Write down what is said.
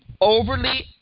overly